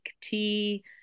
tea